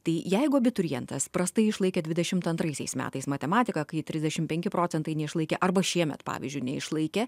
tai jeigu abiturientas prastai išlaikė dvidešimt antraisiais metais matematiką kai trisdešimt penki procentai neišlaikė arba šiemet pavyzdžiui neišlaikė